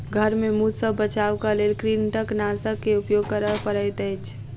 घर में मूस सॅ बचावक लेल कृंतकनाशक के उपयोग करअ पड़ैत अछि